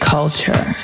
Culture